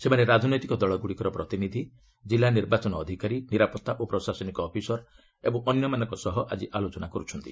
ସେମାନେ ରାଜନୈତିକ ଦଳଗୁଡ଼ିକର ପ୍ରତିନିଧି କିଲ୍ଲ ନିର୍ବାଚନ ଅଧିକାରୀ ନିରାପତ୍ତା ଓ ପ୍ରଶାସନିକ ଅଫିସର୍ ଏବଂ ଅନ୍ୟମାନଙ୍କ ସହ ଆକି ଆଲୋଚନା କରୁଛନ୍ତି